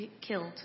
killed